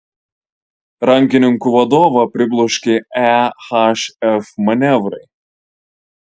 rankininkų vadovą pribloškė ehf manevrai